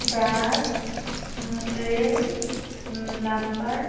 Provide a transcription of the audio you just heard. bus train dumper